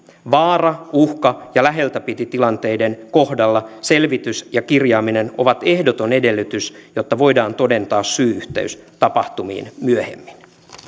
vaara uhka ja läheltä piti tilanteiden kohdalla selvitys ja kirjaaminen ovat ehdoton edellytys jotta voidaan todentaa syy yhteys tapahtumiin myöhemmin